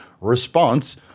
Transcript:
response